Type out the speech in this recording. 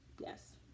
Yes